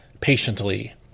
patiently